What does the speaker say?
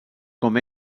com